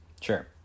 Sure